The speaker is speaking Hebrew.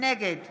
נגד